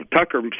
Tucker